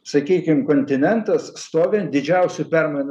sakykim kontinentas stovi ant didžiausių permainų